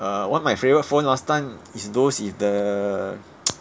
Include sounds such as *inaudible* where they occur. uh one of my favourite phone last time is those with the *noise*